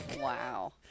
Wow